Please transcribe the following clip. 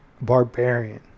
Barbarian